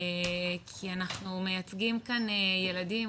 כי אנחנו מייצגים כאן ילדים,